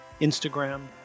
Instagram